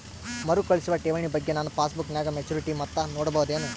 ಮರುಕಳಿಸುವ ಠೇವಣಿ ಬಗ್ಗೆ ನನ್ನ ಪಾಸ್ಬುಕ್ ನಾಗ ಮೆಚ್ಯೂರಿಟಿ ಮೊತ್ತ ನೋಡಬಹುದೆನು?